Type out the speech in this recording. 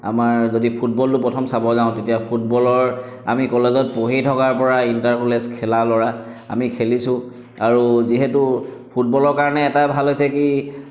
আমাৰ যদি ফুটবলটো প্ৰথম চাব যাওঁ তেতিয়া ফুটবলৰ আমি কলেজত পঢ়ি থকাৰ পৰাই ইণ্টাৰ কলেজ খেল ল'ৰা আমি খেলিছোঁ আৰু যিহেতু ফুটবলৰ কাৰণে এটা ভাল হৈছে কি